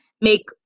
make